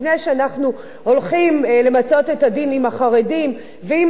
לפני שאנחנו הולכים למצות את הדין עם החרדים ועם